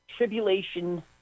Tribulation